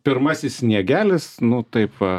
pirmasis sniegelis nu taip